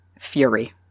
fury